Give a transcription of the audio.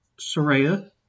Soraya